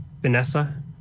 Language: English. Vanessa